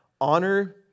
Honor